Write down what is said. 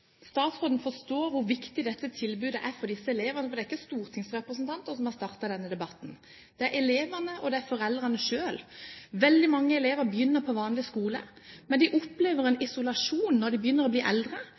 statsråden forstår hvor viktig dette tilbudet er for disse elevene. Det er ikke stortingsrepresentanter som har startet denne debatten, det er elevene, og det er foreldrene selv. Veldig mange elever begynner på vanlig skole, men de opplever en isolasjon når de begynner å bli eldre,